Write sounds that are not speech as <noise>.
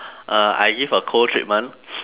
uh I give a cold treatment <noise>